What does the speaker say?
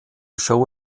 show